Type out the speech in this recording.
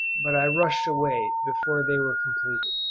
but i rushed away before they were completed.